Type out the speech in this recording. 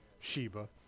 Sheba